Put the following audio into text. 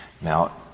Now